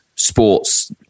sports